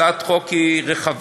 הצעת החוק היא רחבה,